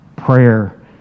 prayer